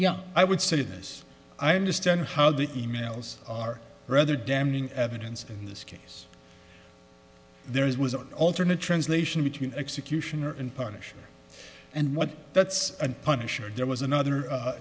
yeah i would say this i understand how the emails are rather damning evidence in this case there is was an alternate translation between executioner and punish and what that's a punisher dear was another